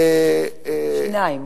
שיניים.